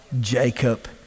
Jacob